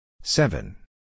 seven